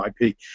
IP